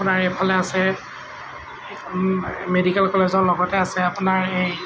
আপোনাৰ এইফালে আছে মেডিকেল কলেজৰ লগতে আছে আপোনাৰ এই